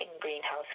greenhouse